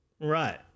Right